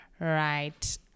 right